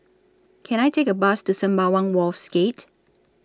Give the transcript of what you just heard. Can I Take A Bus to Sembawang Wharves Gate